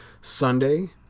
sunday